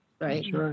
right